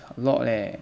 a lot leh